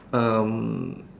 um